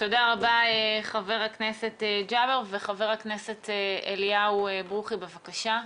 חבר הכנסת אליהו ברוכי, בבקשה.